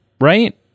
right